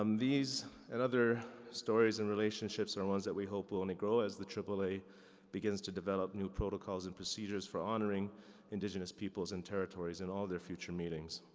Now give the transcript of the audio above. um these and other stories and relationships are one's that we hope will only grow as the triple a begins to develop new protocols and procedures for honoring indigenous peoples and territories and all their future meetings.